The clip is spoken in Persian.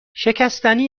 شکستنی